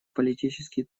политический